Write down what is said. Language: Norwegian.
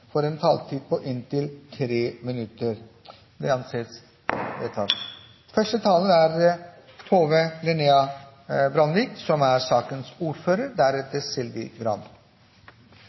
får en taletid på inntil 3 minutter. – Det anses vedtatt.